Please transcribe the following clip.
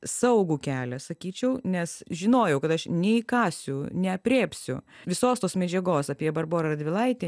saugų kelią sakyčiau nes žinojau kad aš neįkąsiu neaprėpsiu visos tos medžiagos apie barborą radvilaitę